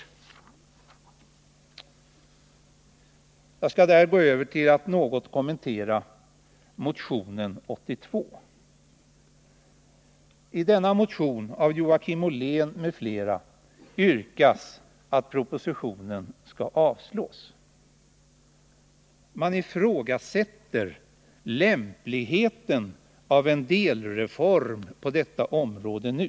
Jag skall därefter gå över till att något kommentera motionen 82. I denna motion av Joakim Ollén m.fl. yrkas att propositionen skall avslås. Motionärerna ifrågasätter lämpligheten av en delreform på detta område nu.